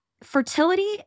fertility